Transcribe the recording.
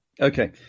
Okay